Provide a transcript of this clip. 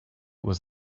was